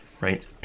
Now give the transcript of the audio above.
right